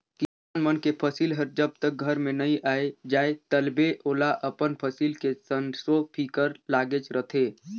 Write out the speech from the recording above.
किसान मन के फसिल हर जब तक घर में नइ आये जाए तलबे ओला अपन फसिल के संसो फिकर लागेच रहथे